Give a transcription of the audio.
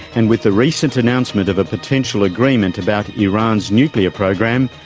and with the recent announcement of a potential agreement about iran's nuclear program,